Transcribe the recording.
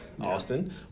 Austin